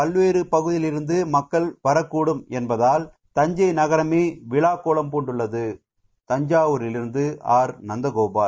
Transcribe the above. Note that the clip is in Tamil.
பல்வேறு பகுதிகளிலிருந்து மக்கள் வரக்கூடும் என்பதால் தஞ்சை நகரமே விழாக்கோலம் பூண்டுள்ளது தஞ்சையிலிருந்து ஆர் நந்தகோபால்